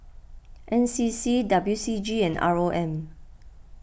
N C C W C G and R O M